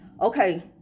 Okay